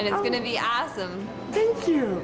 and it's going to be awesome think you